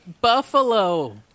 Buffalo